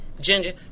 ginger